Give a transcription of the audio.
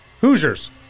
Hoosiers